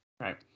Right